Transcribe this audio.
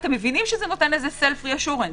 זה נותן ביטחון.